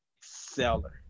seller